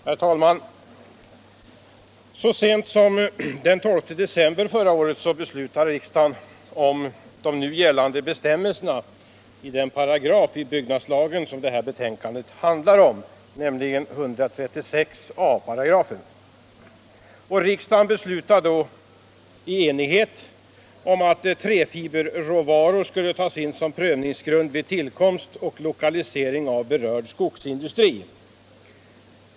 Herr talman! Så sent som den 12 december förra året beslutade riksdagen om de gällande bestämmelserna i den paragraf i byggnadslagen som detta betänkande handlar om, nämligen 136 a §. Riksdagen beslutade då i enighet att träfiberråvaror skulle tas in som prövningsgrund vid tillkomst och lokalisering av berörd skogsindustri.